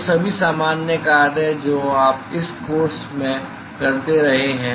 तो सभी सामान्य कार्य जो आप इस कोर्स में करते रहे हैं